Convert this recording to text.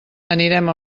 anirem